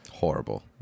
horrible